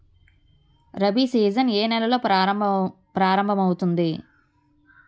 Rabi season ఏ నెలలో ప్రారంభమౌతుంది?